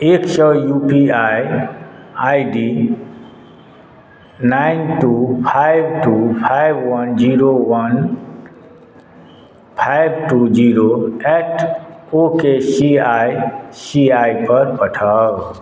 एक सौए U P I I D nine two five two five one zero one five two zero at O K C I C I पर पठाऊ